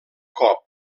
cop